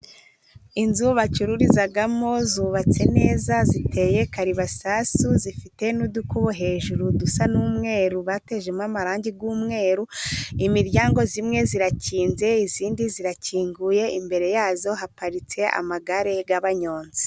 Inzu bacururizamo zubatse neza ziteye kabarasasu zifite n'udukubo hejuru dusa n'umweru batejemo amarange y'umweru imiryango imwe irakinze iyindi irakinguye imbere yayo haparitse amagare y'abanyonzi.